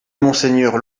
monseigneur